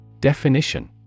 Definition